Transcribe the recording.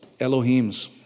Elohims